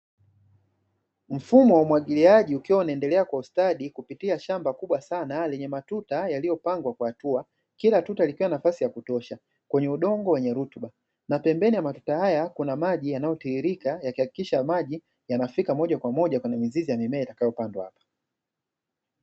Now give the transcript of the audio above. Mfumo wa umwagiliaji ukiwa unaendelea kwa ustadi kupitia shamba kubwa sana lenye matuta yaliyopangwa kwa hatua. Kila tuta likiwa nafasi ya kutosha kwenye udongo wenye rutuba na pembeni ya matuta haya kuna maji yanayotiririka. Yakihakikisha maji yanafika moja kwa moja kwenye mizizi ya mimea yatakayo pandwa hapa.